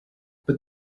but